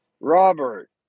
Robert